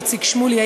איציק שמולי,